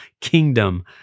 kingdom